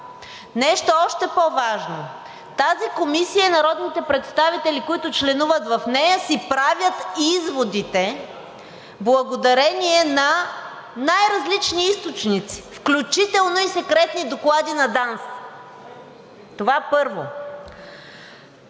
Нещо още по-важно, в тази комисия народните представители, които членуват в нея, си правят изводите благодарение на най-различни източници, включително и секретни доклади на ДАНС. Това първо.